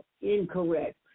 incorrect